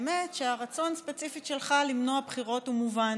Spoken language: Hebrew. האמת שהרצון הספציפי שלך למנוע בחירות הוא מובן